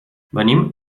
venim